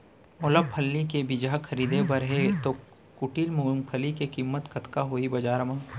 मोला फल्ली के बीजहा खरीदे बर हे दो कुंटल मूंगफली के किम्मत कतका होही बजार म?